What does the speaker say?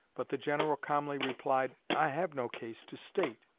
but the general calmly replied, i have no case to state.